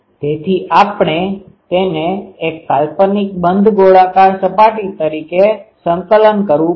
તેથી આપણે તેને એક કાલ્પનિક બંધ ગોળાકાર સપાટી પર સંકલન કરવું પડશે